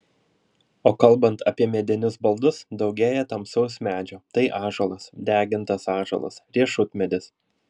o kalbant apie medinius baldus daugėja tamsaus medžio tai ąžuolas degintas ąžuolas riešutmedis